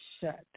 shut